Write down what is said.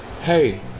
Hey